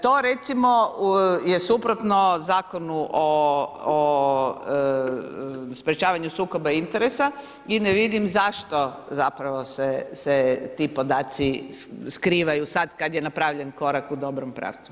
To recimo je suprotno Zakonu o sprečavanju sukoba interesa i ne vidim zašto zapravo se ti podaci skrivaju sad kad je napravljen korak u dobrom pravcu.